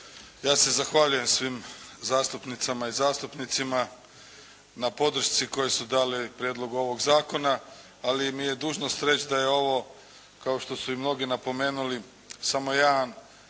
Ja se zahvaljujem svim zastupnicama i zastupnicima na podršci koju su dali prijedlogu ovog zakona, ali mi je dužnost reći da je ovo kao što su i mnogi napomenuli samo jedan